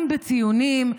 אם בציונים,